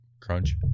crunch